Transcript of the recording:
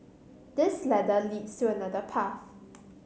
this ladder leads to another path